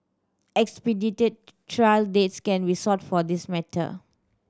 expedited trial dates can be sought for this matter